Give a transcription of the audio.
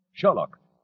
Sherlock